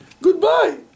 Goodbye